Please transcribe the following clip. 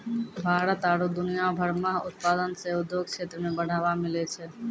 भारत आरु दुनिया भर मह उत्पादन से उद्योग क्षेत्र मे बढ़ावा मिलै छै